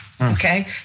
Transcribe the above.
Okay